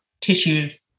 tissues